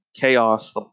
chaos